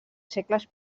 segles